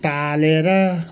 टालेर